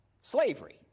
slavery